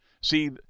See